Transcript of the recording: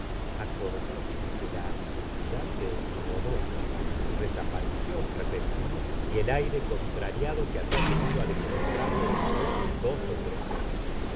acordóse de la asiduidad de rodolfo su desaparición repentina y el aire contrariado que había tenido al encontrarle después dos ó tres veces